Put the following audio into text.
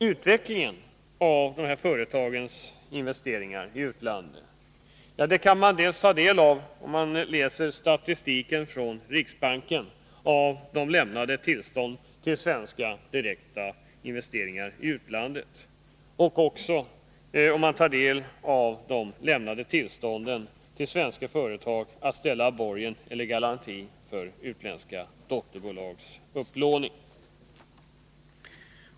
Utvecklingen av svenska företags investeringar i utlandet framgår av riksbankens statistik över dels lämnade tillstånd till svenska direkta investeringar i utlandet, dels lämnade tillstånd till svenska företag att ställa borgen eller garanti för utländska dotterbolags upplåning.